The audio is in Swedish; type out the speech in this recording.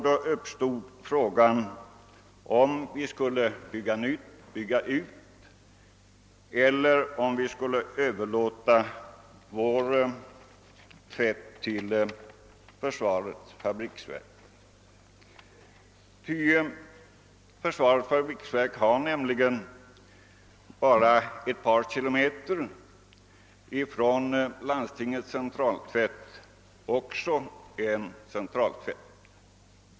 Då uppstod frågan om vi skulle bygga nytt, bygga ut eller om vi skulle överlåta vår tvätt till försvarets fabriksverk. Försvarets fabriksverk har nämligen också en centraltvätt bara ett par kilometer från landstingets.